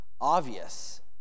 obvious